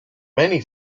many